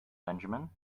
benjamin